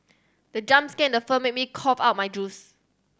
the jump scare in the film made me cough out my juice